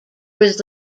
was